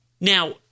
Now